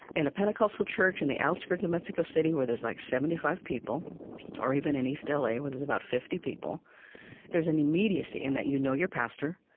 in a pentecostal church in the outskirts of mexico city, where there's, like, seventy five people or even in east ah la where there's about fifty people there's an immediacy in that you know your pastor,